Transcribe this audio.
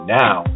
now